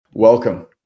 Welcome